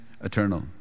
eternal